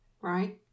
right